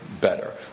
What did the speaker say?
Better